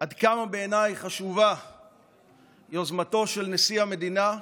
עד כמה בעיניי חשובה יוזמתו של נשיא המדינה,